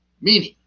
meaning